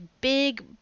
big